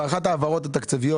יש מגזרים,